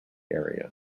area